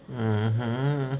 mmhmm